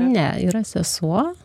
ne yra sesuo